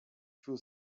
full